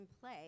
play